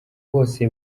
bose